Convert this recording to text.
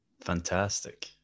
Fantastic